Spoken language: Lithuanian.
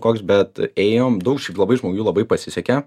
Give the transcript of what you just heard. koks bet ėjom daug šiaip labai žmonių labai pasisekė